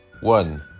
one